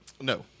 No